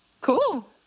cool